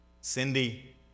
Cindy